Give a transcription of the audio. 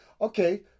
Okay